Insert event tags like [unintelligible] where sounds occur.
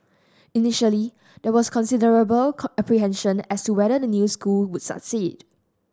initially there was considerable [unintelligible] apprehension as to whether the new school would succeed